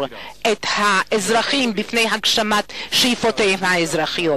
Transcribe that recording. את האזרחים מפני הגשמת שאיפותיהם האזרחיות.